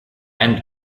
and